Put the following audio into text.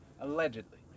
allegedly